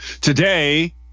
Today